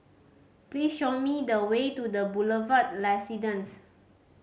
please show me the way to The Boulevard Residence